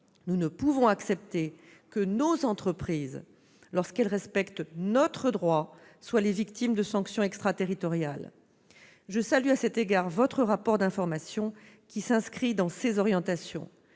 nous ne pouvons accepter que nos entreprises, quand elles respectent notre droit, soient les victimes de sanctions extraterritoriales. Je salue à cet égard, monsieur le sénateur, votre rapport d'information, qui s'inscrit dans ces orientations.